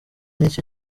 nicyo